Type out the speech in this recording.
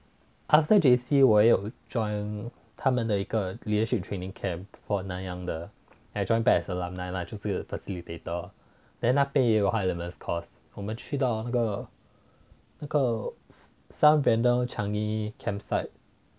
after J_C 我有 join 他们的一个 leadership training camp for nanyang 的 I joined back as alumni lah 就是一个 facilitator then 那边也有 high elements course 我们去到那个那个 some changi campsite